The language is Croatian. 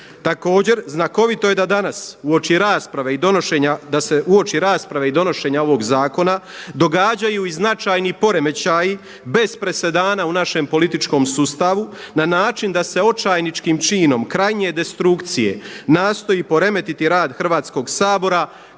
rasprave i donošenja, da se uoči rasprave i donošenja ovog zakona događaju i značajni poremećaji bez presedana u našem političkom sustavu na način da se očajničkim činom, krajnje destrukcije nastoji poremetiti rad Hrvatskoga sabora